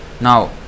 Now